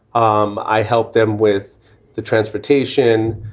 um i helped them with the transportation.